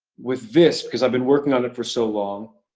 with this because i've been working on it for so long.